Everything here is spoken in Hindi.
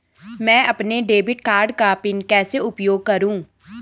मैं अपने डेबिट कार्ड का पिन कैसे उपयोग करूँ?